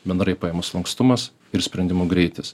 bendrai paėmus lankstumas ir sprendimų greitis